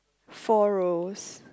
four rows